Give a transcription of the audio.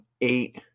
eight